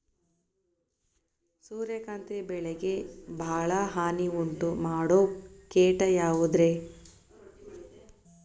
ಸೂರ್ಯಕಾಂತಿ ಬೆಳೆಗೆ ಭಾಳ ಹಾನಿ ಉಂಟು ಮಾಡೋ ಕೇಟ ಯಾವುದ್ರೇ?